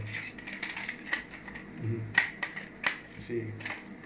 mmhmm I see